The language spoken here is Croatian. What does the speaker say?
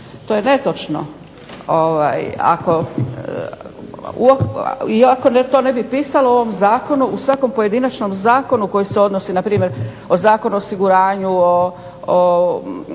To je netočno, iako to ne bi pisalo u ovom zakonu. U svakom pojedinačnom zakonu koji se odnosi na primjer o Zakonu o osiguranju, o